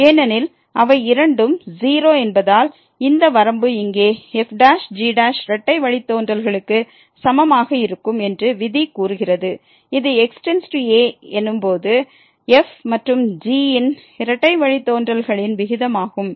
ஏனெனில் அவை இரண்டும் 0 என்பதால் இந்த வரம்பு இங்கே f g இரட்டை வழித்தோன்றல்களுக்கு சமமாக இருக்கும் என்று விதி கூறுகிறது இது x→a ஏனும் போது f மற்றும் g இன் இரட்டை வழித்தோன்றல்களின் விகிதம் ஆகும்